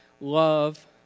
love